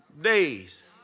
days